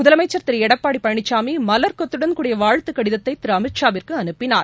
முதலமைச்ச் திரு எடப்பாடி பழனிசாமி மலர்கொத்துடன் கூடிய வாழ்த்துக் கடிதத்தை திரு அமித்ஷா விற்கு அனுப்பினார்